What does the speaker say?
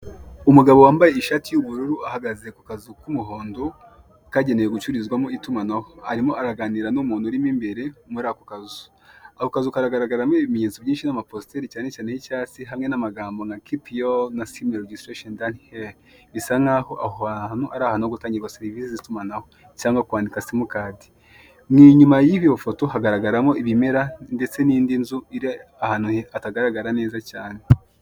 Umugabo wambaye ishati y'ubururu ahagaze ku kazu k'umuhondo kagenewe gucururizwamo itumanaho arimo araganira n'umuntu urimo imbere muri ako kazu. Ako kazu kagaragaramo ibimenyetso byinshi n'amapositeri cyane cyane y'icyasi hamwe n'amagambo na kipoyo na simelidirasiyo dani heli bisa nkaho aho hantu ari ahantu ho gutangirwa serivisi z'itumanaho cyangwa kwandika simukadi. Inyuma y'iyo foto hagaragaramo ibimera ndetse n'indi nzu iri ahantu hatagaragara neza cyane.